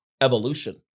evolution